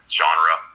genre